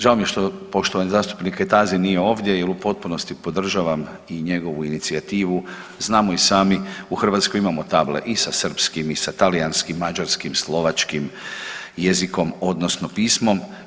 Žao mi je što poštovani zastupnik Kajtazi nije ovdje jer u potpunosti podržavam i njegovu inicijativu, znamo i sami, u Hrvatskoj imamo table i sa srpskim i sa talijanskim, mađarskim, slovačkim jezikom, odnosno pismom.